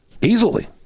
Easily